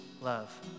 love